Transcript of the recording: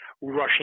rushing